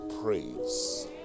praise